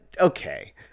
Okay